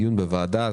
דיון בוועדה